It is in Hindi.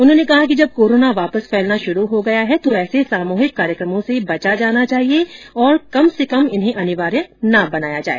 उन्होंने कहा कि जब कोरोना वापस फैलना शुरू हो गया है तो ऐसे सामूहिक कार्यक्रमो से बचा जाना चाहिए और कम से कम इन्हें अनिवार्य नही बनाया जाए